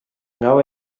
gau